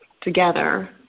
together